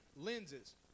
lenses